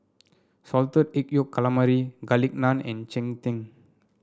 Salted Egg Yolk Calamari Garlic Naan and Cheng Tng